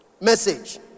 Message